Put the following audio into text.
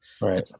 right